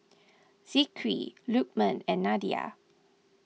Zikri Lukman and Nadia